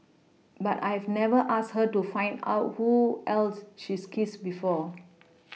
but I've never asked her to find out who else she's kissed before